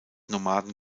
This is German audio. nomaden